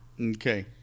Okay